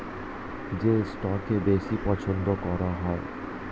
যে স্টকটাকে বেশি পছন্দ করা হয়